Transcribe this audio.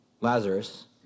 Lazarus